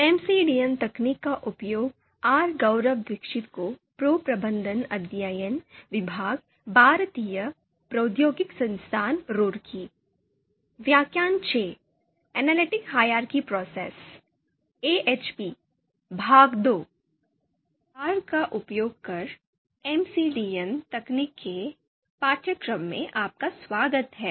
are का उपयोग कर एमसीडीएम तकनीकों के पाठ्यक्रम में आपका स्वागत है